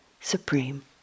supreme